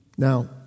Now